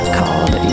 called